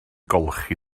golchi